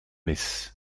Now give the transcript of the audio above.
mis